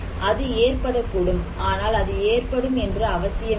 அது ஏற்படக்கூடும் ஆனால் அது ஏற்படும் என்று அவசியமில்லை